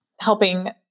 helping